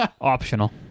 Optional